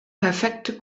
perfekte